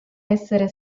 essere